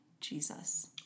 Jesus